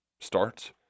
starts